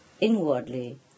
inwardly